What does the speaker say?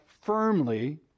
firmly